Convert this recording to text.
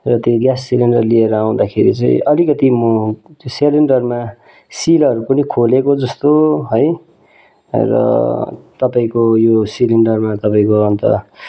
र त्यो gas cylinder लिएर आउँदाखेरि चाहिँ अलिकति म सिलिन्डरमा सिलहरू पनि खोलेको जस्तो है र तपाईँको यो सिलिन्डरमा तपाईँको अन्त